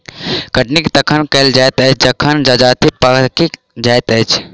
कटनी तखन कयल जाइत अछि जखन जजति पाकि जाइत अछि